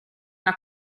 una